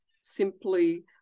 simply